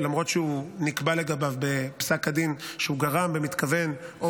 למרות שנקבע לגביו בפסק הדין שהוא גרם במתכוון או